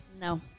No